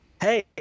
hey